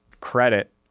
credit